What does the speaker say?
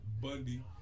Bundy